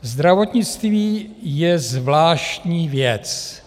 Zdravotnictví je zvláštní věc.